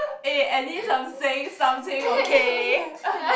eh at least I'm saying something okay